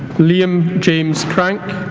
liam james crank